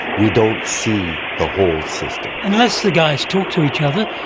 we don't see the whole system. unless the guys talk to each other.